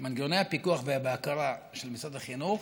שמנגנוני הפיקוח והבקרה של משרד החינוך,